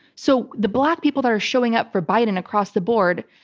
so the black people that are showing up for biden across the board,